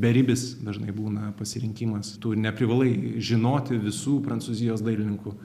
beribis dažnai būna pasirinkimas tu neprivalai žinoti visų prancūzijos dailininkų